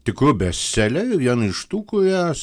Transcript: tikru bestseleriu viena iš tų kurios